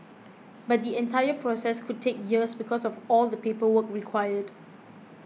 but the entire process could take years because of all the paperwork required